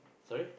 sorry